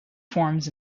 forms